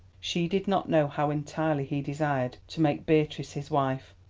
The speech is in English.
she did not know how entirely he desired to make beatrice his wife,